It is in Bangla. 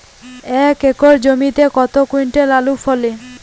এক একর জমিতে কত কুইন্টাল আলু ফলে?